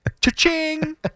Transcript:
Cha-ching